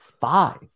five